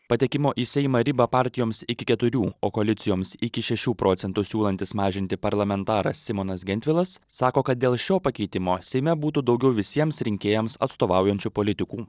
patekimo į seimą ribą partijoms iki keturių o koalicijoms iki šešių procentų siūlantis mažinti parlamentaras simonas gentvilas sako kad dėl šio pakeitimo seime būtų daugiau visiems rinkėjams atstovaujančių politikų